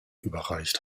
überreicht